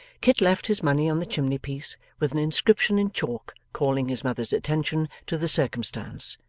kit left his money on the chimney-piece, with an inscription in chalk calling his mother's attention to the circumstance,